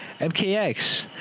MKX